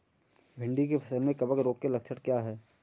भिंडी की फसल में कवक रोग के लक्षण क्या है?